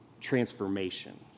transformation